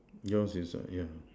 yours is a yeah